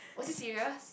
was he serious